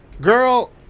Girl